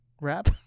rap